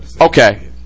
Okay